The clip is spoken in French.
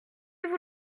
vous